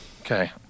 Okay